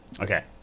Okay